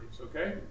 okay